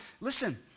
Listen